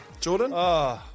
Jordan